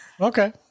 Okay